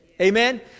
Amen